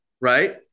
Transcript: Right